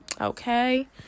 okay